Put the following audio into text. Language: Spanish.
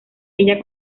ella